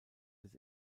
des